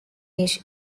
each